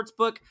Sportsbook